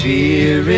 Fear